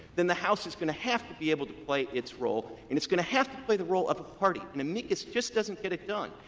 then the house is going to have to be able to play its role, and it's going to have to play the role of a party. an amicus just doesn't get it done.